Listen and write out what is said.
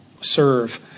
serve